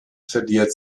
verliert